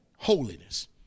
holiness